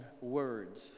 words